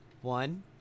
One